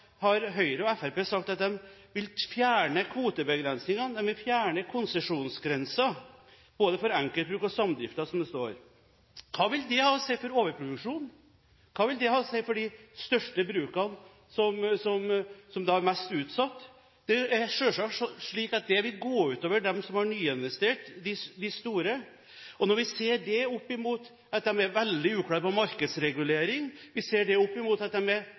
har jeg lyst til å påpeke noe annet. Representanten Røbekk Nørve og Høyre og Fremskrittspartiet i innstillingen har sagt at de vil fjerne kvotebegrensningene, de vil fjerne konsesjonsgrensen både for enkeltbruk og samdriften, som det står. Hva vil det ha å si for overproduksjon? Hva vil det ha å si for de største brukene som er mest utsatt? Selvsagt vil det gå ut over de store brukene som har nyinvestert. Når vi ser dette opp mot at de er veldig uklare når det gjelder markedsregulering, og at de er totalt uklare når det